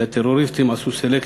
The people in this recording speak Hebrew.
כי הטרוריסטים עשו סלקציה,